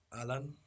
Alan